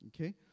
Okay